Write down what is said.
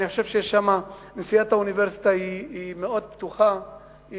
נשיאת האוניברסיטה מאוד פתוחה,